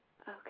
Okay